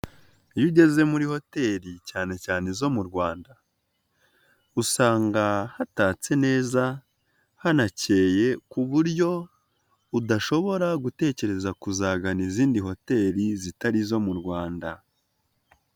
Iyo ugeze muri hoteli cyane cyane izo mu Rwanda usanga hatatse neza hanakeye ku buryo udashobora gutekereza kuzagana izindi hoteli zitari izo mu Rwanda.